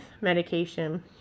medication